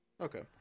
Okay